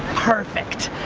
perfect.